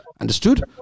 Understood